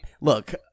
look